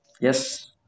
Yes